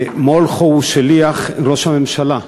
מולכו הוא שליח ראש הממשלה,